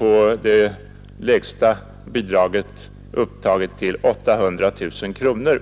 och det lägsta bidraget borde sättas till 800 000 kronor.